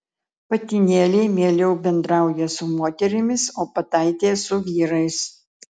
patinėliai meiliau bendrauja su moterimis o pataitės su vyrais